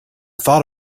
thought